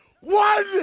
one